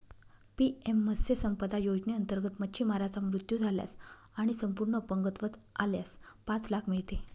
PM मत्स्य संपदा योजनेअंतर्गत, मच्छीमाराचा मृत्यू झाल्यास आणि संपूर्ण अपंगत्व आल्यास पाच लाख मिळते